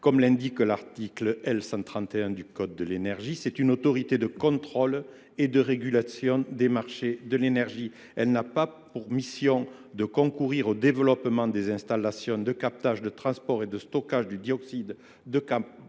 que l’indique l’article L. 131 1 du code de l’énergie. Il s’agit d’une autorité de contrôle et de régulation des marchés de l’énergie. Cette structure n’a pas pour mission de concourir au développement des installations de captage, de transport et de stockage du dioxyde de